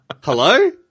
Hello